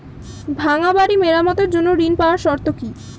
ভাঙ্গা বাড়ি মেরামতের জন্য ঋণ পাওয়ার শর্ত কি?